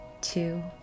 two